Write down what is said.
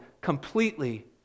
completely